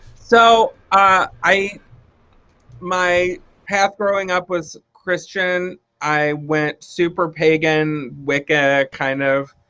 so ah i my path growing up was christian. i went super pagan wicca kind of,